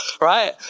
right